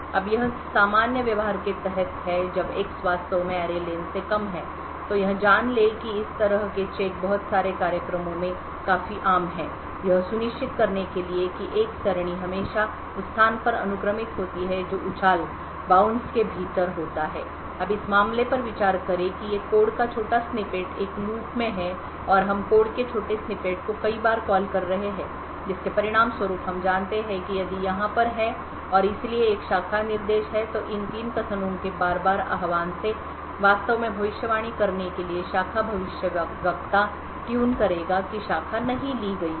अब यह सामान्य व्यवहार के तहत है जब X वास्तव में array len से कम है तो यह जान लें कि इस तरह के चेक बहुत सारे कार्यक्रमों में काफी आम हैं यह सुनिश्चित करने के लिए कि एक सरणी हमेशा उस स्थान पर अनुक्रमित होती है जो उछाल के भीतर होता है अब इस मामले पर विचार करें कि ये कोड का छोटा स्निपेट एक लूप में है और हम कोड के छोटे स्निपेट को कई बार कॉल कर रहे हैं जिसके परिणामस्वरूप हम जानते हैं कि यदि यहाँ पर है और इसलिए एक शाखा निर्देश है तो इन 3 कथनों के बार बार आह्वान से वास्तव में भविष्यवाणी करने के लिए शाखा भविष्यवक्ता ट्यून करेगा कि शाखा नहीं ली गई है